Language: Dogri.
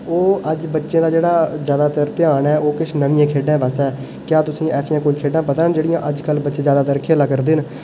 ओह् अज्ज बच्चें दा जेह्ड़ा अज्ज जैदातर ध्यान ऐ ओह् किश नमियें खेढें पास्सै ऐ क्या तुसें ई ऐसियां कोई खेढां पता न जेह्ड़ियां अजकल बच्चे जैदा खेढा करदे न